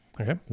Okay